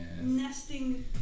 nesting